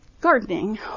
gardening